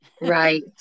right